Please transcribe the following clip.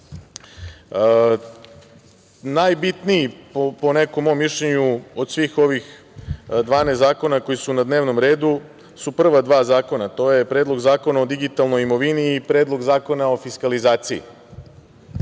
upoznamo. Najbitniji, po nekom mom mišljenju, od svih ovih 12 zakona koji su na dnevnom redu su prva dva zakona, a to je Predlog zakona o digitalnoj imovini i Predlog zakona o fiskalizaciji. Ono